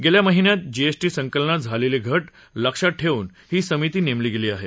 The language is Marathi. गेल्या महिन्यात जीएसटी संकलनात झालेली घट लक्षात घेऊन ही समिती नेमली आहे